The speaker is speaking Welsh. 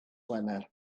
wener